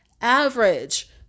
Average